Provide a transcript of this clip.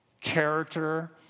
character